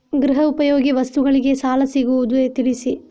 ಗೃಹ ಉಪಯೋಗಿ ವಸ್ತುಗಳಿಗೆ ಸಾಲ ಸಿಗುವುದೇ ತಿಳಿಸಿ?